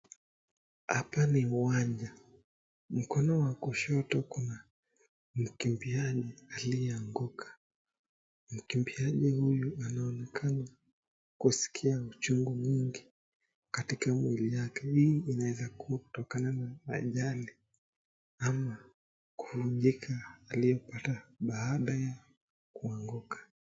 Hapa ni uwanja, mkono wa kushoto kuna mkimbiaji aliyeanguka. Mkimbiaji huyu anaonekana kuskia uchungu mwingi katika mwili yake, hii inaweza kuwa kutokana na ajali ama kuvunjika aliyopata baada ya kuanguka.